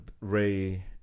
Ray